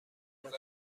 کنید